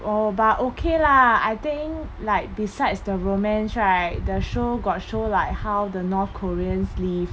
oh but okay lah I think like besides the romance right the show got show like how the north korean's live